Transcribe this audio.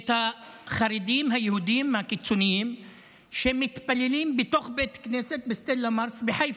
את החרדים היהודים הקיצוניים שמתפללים בסטלה מאריס בחיפה,